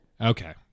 Okay